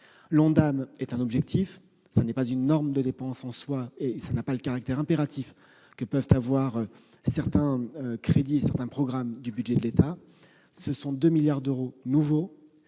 L'Ondam est un objectif. Il n'est pas une norme de dépenses en soi, et il n'a pas le caractère impératif que peuvent avoir certains crédits, certains programmes du budget de l'État. Ce sont bien 2 milliards d'euros nouveaux